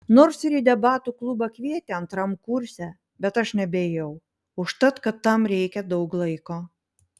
nors ir į debatų klubą kvietė antram kurse bet aš nebeėjau užtat kad tam reikia daug laiko